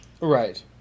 Right